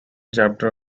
chapter